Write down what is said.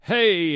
Hey